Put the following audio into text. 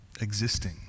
existing